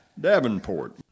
Davenport